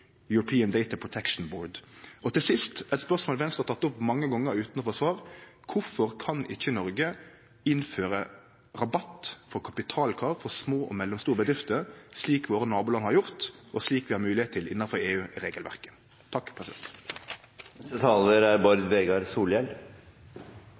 European Data Protection Board. Til sist eit spørsmål Venstre har teke opp mange gonger utan å få svar: Kvifor kan ikkje Noreg innføre rabatt på kapitalkrav for små og mellomstore bedrifter, slik nabolanda våre har gjort, og slik vi har høve til